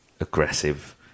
aggressive